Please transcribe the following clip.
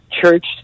church